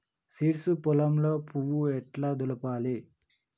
Seeds పొలంలో పువ్వు ఎట్లా దులపాలి?